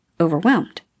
overwhelmed